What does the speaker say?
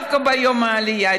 דווקא ביום העלייה,